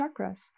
chakras